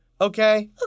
Okay